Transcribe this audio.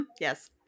Yes